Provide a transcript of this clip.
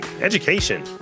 education